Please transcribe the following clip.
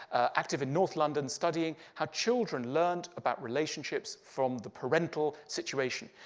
active in north london studying how children learned about relationships from the parental situation.